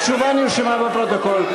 התשובה נרשמה בפרוטוקול.